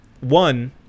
one